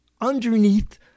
underneath